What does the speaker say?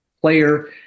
player